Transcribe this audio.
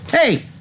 Hey